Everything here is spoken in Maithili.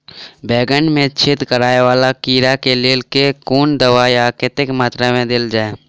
बैंगन मे छेद कराए वला कीड़ा केँ लेल केँ कुन दवाई आ कतेक मात्रा मे देल जाए?